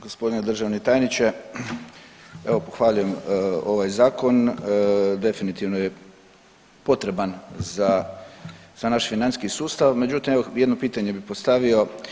Gospodine državni tajniče, evo pohvaljujem ovaj zakon, definitivno je potreban za, za naš financijski sustav, međutim evo jedno pitanje bih postavio.